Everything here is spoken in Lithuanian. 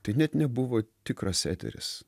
tai net nebuvo tikras eteris